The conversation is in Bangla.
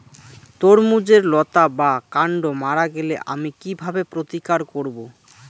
তরমুজের লতা বা কান্ড মারা গেলে আমি কীভাবে প্রতিকার করব?